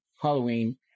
Halloween